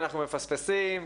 אנחנו מפספסים?